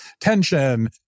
tension